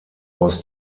aus